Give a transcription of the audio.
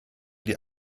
die